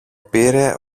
πήρε